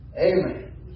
Amen